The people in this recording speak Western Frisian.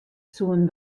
soenen